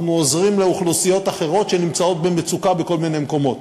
אנחנו עוזרים לאוכלוסיות אחרות שנמצאות במצוקה בכל מיני מקומות,